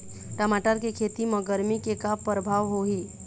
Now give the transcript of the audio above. टमाटर के खेती म गरमी के का परभाव होही?